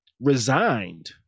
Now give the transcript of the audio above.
resigned